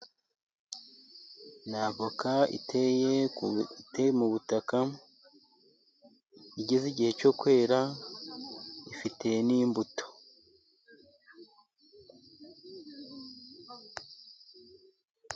Ni avoka iteye iteye mu butaka, igeze igihe cyo kwera, ifite n'imbuto.